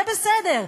זה בסדר.